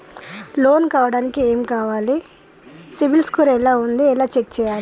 Loan కావడానికి ఏమి కావాలి సిబిల్ స్కోర్ ఎలా ఉంది ఎలా చెక్ చేయాలి?